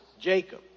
Jacob